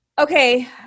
Okay